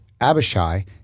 Abishai